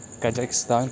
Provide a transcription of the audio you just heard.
Kazakhstan